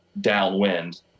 downwind